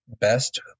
best